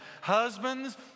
husbands